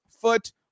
foot